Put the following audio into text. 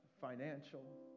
financial